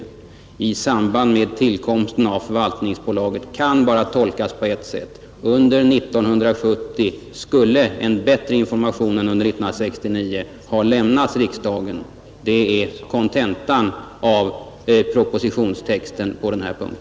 Men uttrycket ”i samband med tillkomsten av förvaltningsbolaget” kan bara tolkas på ett sätt: Under 1970 skulle en bättre information än under 1969 ha lämnats riksdagen. Det är kontentan av propositionstexten på denna punkt.